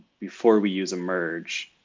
before we use a merge.